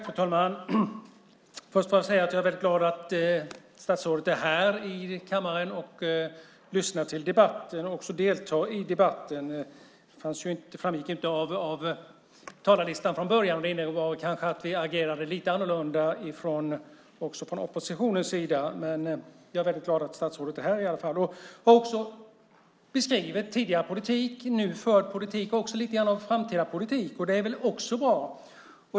Fru talman! Först får jag säga att jag är väldigt glad att statsrådet är här i kammaren, lyssnar till debatten och också deltar i den. Det framgick inte av talarlistan från början, och det innebar kanske att vi agerade lite annorlunda från oppositionens sida. Men jag är i alla fall väldigt glad att statsrådet är här och beskriver tidigare politik, nu förd politik och lite grann framtida politik, vilket också är bra.